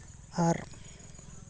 ᱟᱨ